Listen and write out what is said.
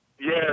yes